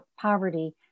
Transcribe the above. poverty